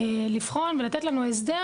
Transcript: לבחון ולתת לנו הסדר,